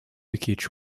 bikica